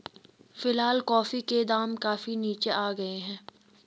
फिलहाल कॉफी के दाम काफी नीचे आ गए हैं